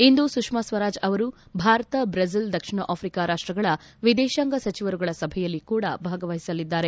ಇಂದು ಸುಷ್ಮಾ ಸ್ವರಾಜ್ ಅವರು ಭಾರತ ಬ್ರೆಜಿಲ್ ದಕ್ಷಿಣ ಆಫ್ರಿಕಾ ರಾಷ್ಷಗಳ ವಿದೇಶಾಂಗ ಸಚಿವರುಗಳ ಸಭೆಯಲ್ಲಿ ಕೂಡಾ ಭಾಗವಹಿಸಲಿದ್ದಾರೆ